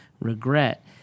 regret